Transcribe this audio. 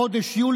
חבריי וחברותיי,